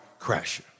crasher